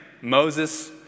Moses